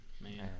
man